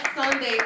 Sunday